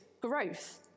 growth